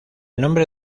nombre